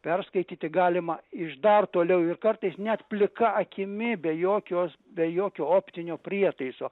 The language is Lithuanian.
perskaityti galima iš dar toliau ir kartais net plika akimi be jokios be jokio optinio prietaiso